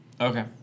Okay